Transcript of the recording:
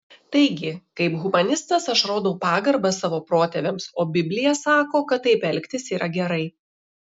taigi kaip humanistas aš rodau pagarbą savo protėviams o biblija sako kad taip elgtis yra gerai